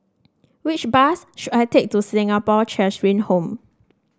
which bus should I take to Singapore Cheshire Home